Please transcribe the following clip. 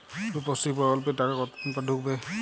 রুপশ্রী প্রকল্পের টাকা কতদিন পর ঢুকবে?